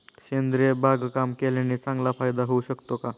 सेंद्रिय बागकाम केल्याने चांगला फायदा होऊ शकतो का?